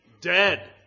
dead